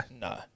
no